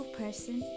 person